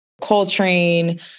Coltrane